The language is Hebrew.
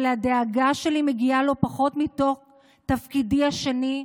אבל הדאגה שלי מגיעה לא פחות מתוך תפקידי השני,